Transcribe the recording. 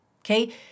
Okay